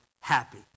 happy